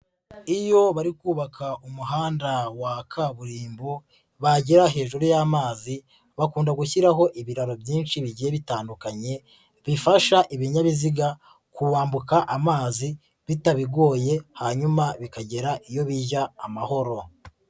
Iyo bari kubaka umuhanda wa kaburimbo bagera hejuru y'amazi bakunda gushyiraho ibiraro byinshi bigiye bitandukanye, bifasha ibinyabiziga kuwambuka amazi bitabigoye hanyuma bikagera iyo bijya amahoro.